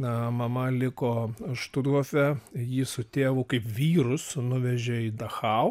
na mama liko štuthofe jį su tėvu kaip vyrus nuvežė į dachau